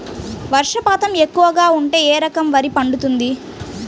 వర్షపాతం ఎక్కువగా ఉంటే ఏ రకం వరి పండుతుంది?